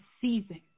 season